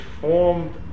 formed